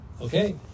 Okay